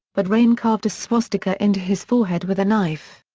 but raine carved a swastika into his forehead with a knife.